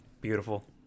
Beautiful